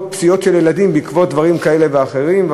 פציעות של ילדים בעקבות דברים כאלה ואחרים.